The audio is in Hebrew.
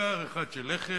"כיכר אחת של לחם,"